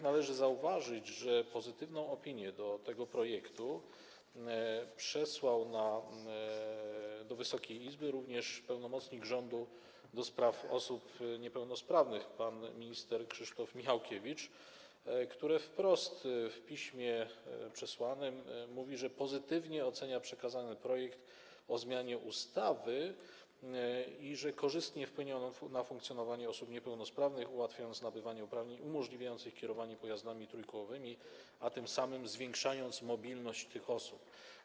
Należy zauważyć, że pozytywną opinię do tego projektu przesłał do Wysokiej Izby również pełnomocnik rządu do spraw osób niepełnosprawnych pan minister Krzysztof Michałkiewicz, który w swoim piśmie mówi wprost, że pozytywnie ocenia przekazany projekt ustawy o zmianie ustawy i że korzystnie wpłynie on na funkcjonowanie osób niepełnosprawnych, ułatwiając nabywanie uprawnień umożliwiających kierowanie pojazdami trójkołowymi, a tym samym zwiększając mobilność tych osób.